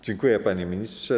Dziękuję, panie ministrze.